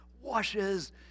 washes